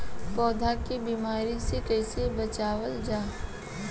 पौधा के बीमारी से कइसे बचावल जा?